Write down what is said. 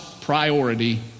priority